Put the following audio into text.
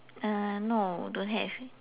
uh no don't have